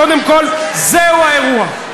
קודם כול, זהו האירוע.